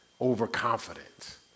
overconfidence